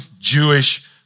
Jewish